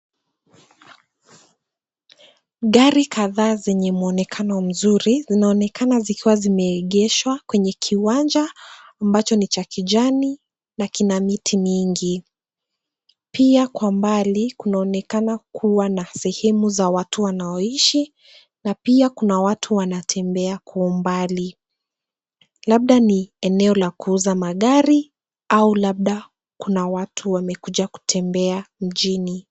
Gari kadhaa zenye muonekano mzuri zinaonekana zikiwa zimeegeshwa kwenye kiwanja ambacho ni cha kijani na kina miti mingi. Pia kwa mbali kunaonekana kuwa na sehemu za watu wanaoishi na pia kuna watu wanatembea kwa umbali. Labda ni eneo la kuuza magari au labda kuna watu wamekuja kutembea mjini.